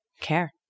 care